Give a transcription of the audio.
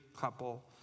couple